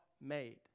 made